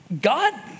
God